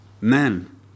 men